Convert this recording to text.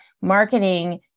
Marketing